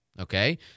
okay